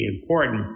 important